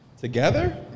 Together